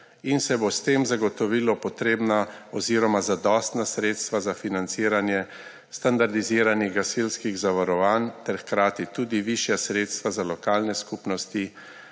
in se bo s tem zagotovilo potrebna oziroma zadostna sredstva za financiranje standardiziranih gasilskih zavarovanj ter hkrati tudi višja sredstva za lokalne skupnosti,